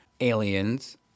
aliens